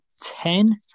ten